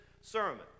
sermon